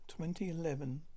2011